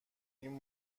این